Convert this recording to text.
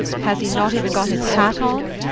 has he not even got his hat on?